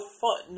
fun